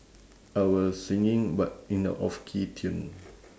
I was singing but in a off key tune